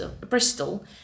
Bristol